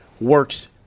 works